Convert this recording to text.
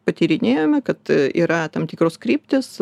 patyrinėjome kad yra tam tikros kryptys